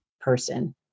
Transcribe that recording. person